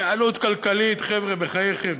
התייעלות כלכלית, חבר'ה, בחייכם.